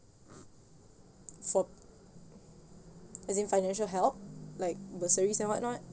for as in financial help like bursaries and whatnot